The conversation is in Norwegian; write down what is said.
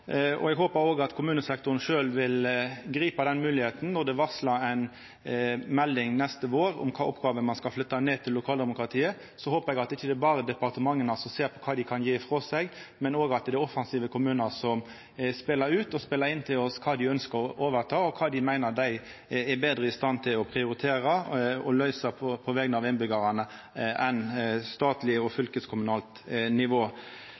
kommunesektoren. Eg håpar at kommunesektoren vil gripa moglegheita når det er varsla at ei melding kjem neste vår om kva oppgåver ein skal flytta ned til lokaldemokratiet. Eg håpar det ikkje berre er departementa som ser på kva dei kan gje frå seg, men òg at det er offensive kommunar som spelar inn til oss kva dei ønskjer å overta og kva dei meiner dei er betre i stand til å prioritera og løysa på vegner av innbyggjarane enn statleg og fylkeskommunalt nivå.